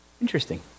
Interesting